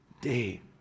day